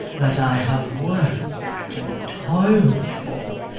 that i have worked and toiled for,